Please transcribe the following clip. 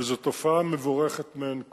וזו תופעה מבורכת מאין כמותה.